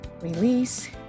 release